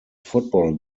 football